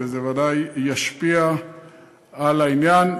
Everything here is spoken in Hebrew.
וזה בוודאי ישפיע על העניין.